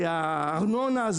זה ארנונה,